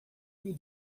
mil